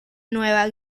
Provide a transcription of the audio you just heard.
nueva